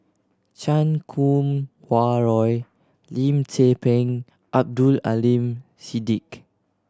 Chan Kum Wah Roy Lim Tze Peng Abdul Aleem Siddique